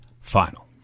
final